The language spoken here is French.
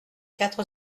quatre